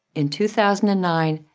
in two thousand and nine,